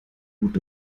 gut